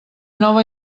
nova